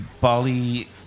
bali